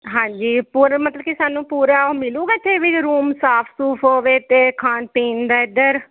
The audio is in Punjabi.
ਹਾਂਜੀ ਪੂਰਾ ਮਤਲਬ ਕੀ ਸਾਨੂੰ ਪੂਰਾ ਉਹ ਮਿਲੂਗਾ ਇਥੇ ਵੀ ਜੋ ਰੂਮ ਸਾਫ ਸੁਫ ਹੋਵੇ ਅਤੇ ਖਾਣ ਪੀਣ ਦਾ ਇਧਰ